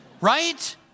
right